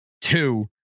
Two